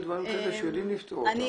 וכל מיני דברים כאלה שיודעים לפתור אותם.